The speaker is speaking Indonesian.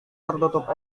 tertutup